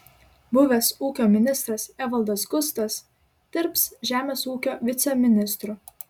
buvęs ūkio ministras evaldas gustas dirbs žemės ūkio viceministru